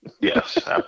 Yes